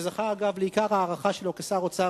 שזכה אגב לעיקר ההערכה שלו כשר אוצר